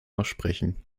aussprechen